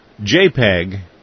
JPEG